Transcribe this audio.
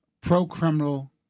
pro-criminal